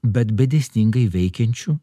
bet be dėsningai veikiančių